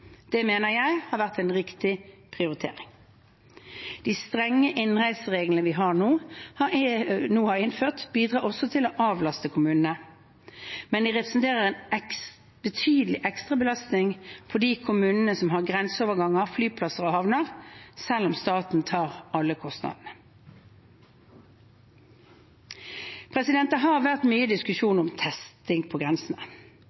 Det mener jeg har vært en riktig prioritering. De strenge innreisereglene vi nå har innført, bidrar også til å avlaste kommunene. Men de representerer en betydelig ekstrabelastning på kommunene med grenseoverganger, flyplasser og havner, selv om staten tar alle kostnadene. Det har vært mye